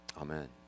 Amen